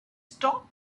stop